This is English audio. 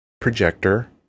projector